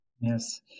Yes